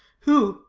who,